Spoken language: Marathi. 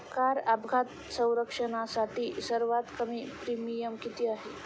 कार अपघात संरक्षणासाठी सर्वात कमी प्रीमियम किती आहे?